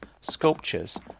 sculptures